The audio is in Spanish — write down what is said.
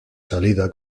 salida